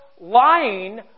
lying